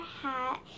hat